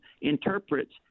interprets